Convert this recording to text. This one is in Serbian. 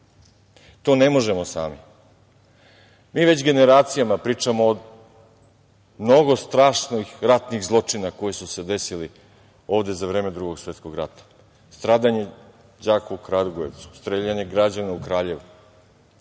To ne možemo sami. Mi već generacijama pričamo o mnogo strašnih ratnih zločina koji su se desili ovde za vreme Drugog svetskog rata, stradanje đaka u Kragujevcu, streljanje građana u Kraljevu.